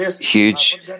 huge